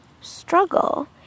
struggle